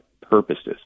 purposes